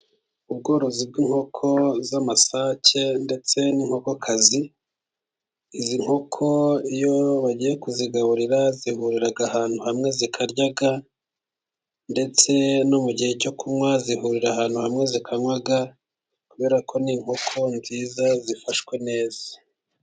Ubworozi bw'inkoko z'amasake ndetse n'inkokokazi, izi nkoko iyo bagiye kuzigaburira zihurira ahantu hamwe zikarya, ndetse no mu gihe cyo kunywa zihurira ahantu hamwe zikanywa kubera ko inkoko nziza zifashwe neza.